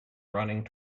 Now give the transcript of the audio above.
running